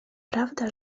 prawda